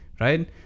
right